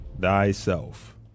thyself